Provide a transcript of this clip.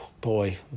boy